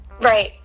Right